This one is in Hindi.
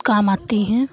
काम आती हैं